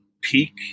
peak